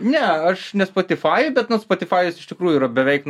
ne aš ne spotifajuj bet na spotifajus iš tikrųjų yra beveik